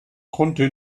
konnte